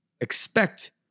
expect